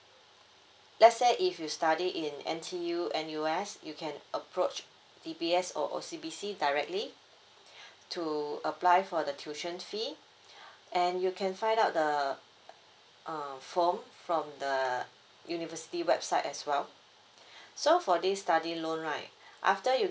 let's say if you study in N_T_U N_U_S you can approach D_B_S or O_C_B_C directly to apply for the tuition fee and you can find out the uh form from the university website as well so for this study loan right after you